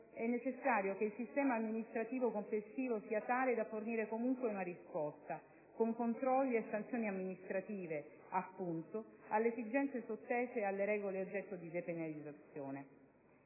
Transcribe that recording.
è necessario che il sistema amministrativo complessivo sia tale da fornire comunque una risposta (con controlli e sanzioni amministrative, appunto) alle esigenze sottese alle regole oggetto di depenalizzazione.